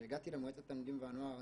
כשהגעתי למועצת התלמידים והנוער הארצית,